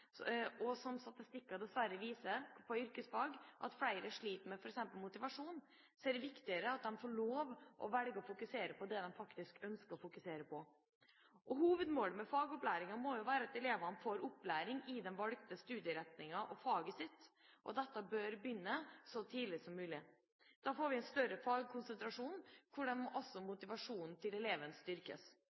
statistikken for yrkesfag viser dessverre at flere sliter med f.eks. motivasjon – er det viktigere at man får lov til å fokusere på det man faktisk ønsker å fokusere på. Hovedmålet med fagopplæringa må jo være at eleven får opplæring i den valgte studieretning og faget sitt. Dette bør man begynne med så tidlig som mulig. Da får vi en større fagkonsentrasjon, hvor også motivasjonen til eleven styrkes.